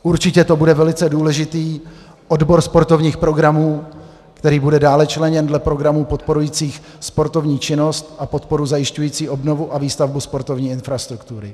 Určitě bude velice důležitý odbor sportovních programů, který bude dále členěn dle programů podporujících sportovní činnost a podporu zajišťující obnovu a výstavbu sportovní infrastruktury.